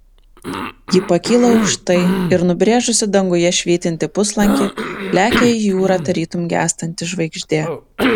ji pakyla aukštai ir nubrėžusi danguje švytintį puslankį lekia į jūrą tarytum gęstanti žvaigždė